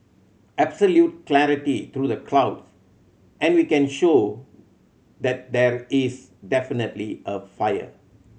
absolute clarity through the clouds and we can show that there is definitely a fire